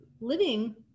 living